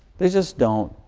they just don't.